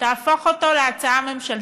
תהפוך אותו להצעה ממשלתית.